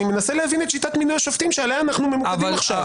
אני מנסה להבין את שיטת מינוי השופטים שעליה אנחנו ממוקדים עכשיו.